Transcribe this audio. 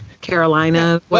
Carolina